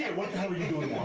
what the hell are you doing